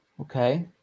Okay